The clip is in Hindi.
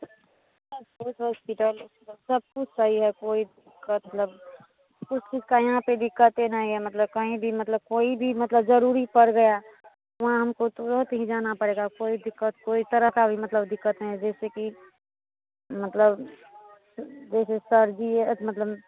सब रोज़ पिटाई लगती है सब कुछ सही है कोई दिक्कत मतलब कुछ कुछ का यहाँ पर दिक्कतें नहीं है मतलब कहीं भी मतलब कोई भी मतलब ज़रूरी पड़ गया वहाँ हमको तुरंत ही जाना पड़ेगा कोई दिक्कत कोई तरह का भी मतलब दिक्कत नहीं है जैसे की मतलब जैसे सर जीए मतलब